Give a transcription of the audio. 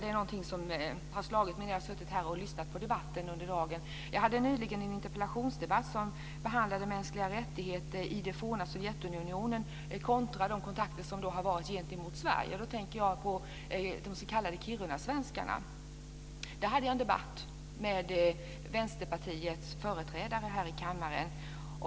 Det är någonting som har slagit mig när jag har suttit här och lyssnat på debatten under dagen. Jag hade nyligen en interpellationsdebatt som behandlade mänskliga rättigheter i det forna Sovjetunionen kontra de kontakter som har varit gentemot Sverige. Jag tänker på de s.k. kirunasvenskarna. Jag hade en debatt med företrädare för Vänsterpartiet här i kammaren.